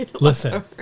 Listen